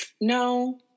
no